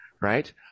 right